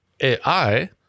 AI